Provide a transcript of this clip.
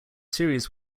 series